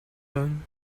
done